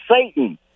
Satan